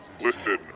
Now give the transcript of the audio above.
Listen